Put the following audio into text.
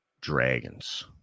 Dragons